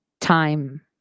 time